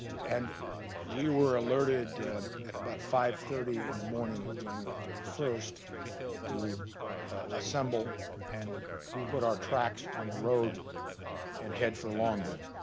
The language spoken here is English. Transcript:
and we were alerted at about five thirty in the morning of january thirty first to assemble and put our tracks on the road and head for long binh.